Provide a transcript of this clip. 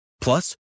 Plus